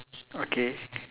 okay